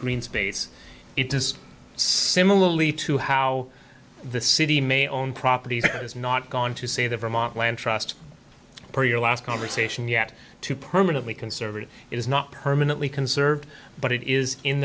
green space it does similarly to how the city may own property that is not going to say the vermont land trust or your last conversation yet to permanently conservative it is not permanently conserved but it is in